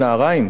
רוטנברג?